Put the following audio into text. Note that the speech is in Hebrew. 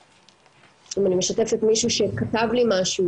אם אני משתפת מישהו שכתב לי משהו,